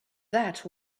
that